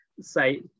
say